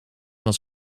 was